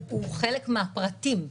הוא חלק מהפרטים.